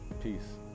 Peace